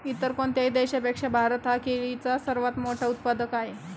इतर कोणत्याही देशापेक्षा भारत हा केळीचा सर्वात मोठा उत्पादक आहे